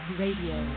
radio